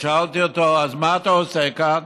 אז שאלתי אותו: אז מה אתה עושה כאן?